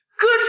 Good